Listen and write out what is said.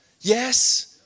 yes